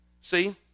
See